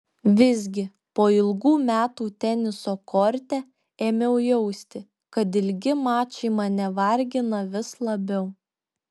visgi po ilgų metų teniso korte ėmiau jausti kad ilgi mačai mane vargina vis labiau